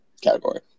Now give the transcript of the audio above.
category